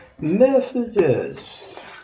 messages